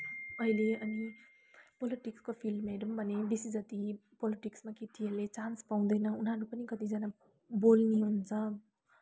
अहिले अनि पोलिटिक्सको फिल्डमा हेरौँ भने बेसी जति पोलिटिक्समा केटीहरूले चान्स पाउँदैन उनीहरू पनि कतिजना बोल्नु भन्छ